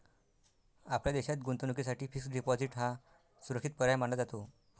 आपल्या देशात गुंतवणुकीसाठी फिक्स्ड डिपॉजिट हा सुरक्षित पर्याय मानला जातो